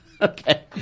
okay